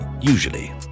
Usually